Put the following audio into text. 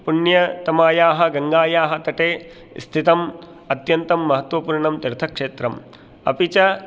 पुण्यतमायाः गङ्गायाः तटे स्थितम् अत्यन्तं महत्त्वपूर्णं तीर्थक्षेत्रम् अपि च